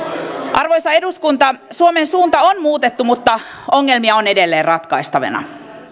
arvoisa eduskunta suomen suunta on muutettu mutta ongelmia on edelleen ratkaistavana